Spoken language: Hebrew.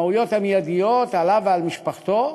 האוויר עליו ועל משפחתו,